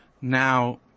Now